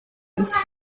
ins